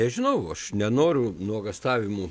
nežinau aš nenoriu nuogastavimų